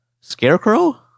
Scarecrow